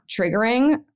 triggering